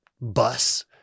bus